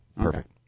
Perfect